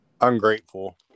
Ungrateful